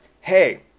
hey